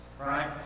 Right